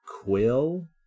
quill